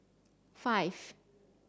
five